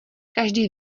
každý